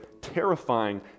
terrifying